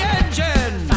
engine